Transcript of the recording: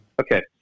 Okay